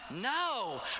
No